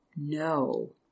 No